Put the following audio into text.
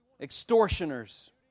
extortioners